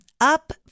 Up